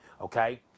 Okay